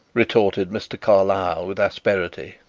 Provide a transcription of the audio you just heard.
retorted mr. carlyle, with asperity,